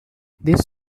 this